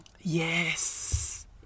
yes